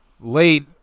Late